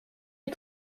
est